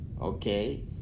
okay